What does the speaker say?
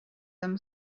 them